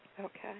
Okay